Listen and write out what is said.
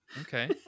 Okay